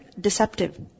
deceptive